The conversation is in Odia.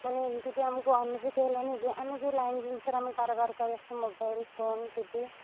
ମାନେ ଏମିତି ବି ଆମକୁ ଅନୁଭୂତି ହେଲାନି ଯେ ଆମେ ଯେଉଁ ଲାଇନ ଜିନିଷରେ ଆମେ କାରବାର କରିଆସିଛୁ ମୋବାଇଲ ଫୋନ ଟି ଭି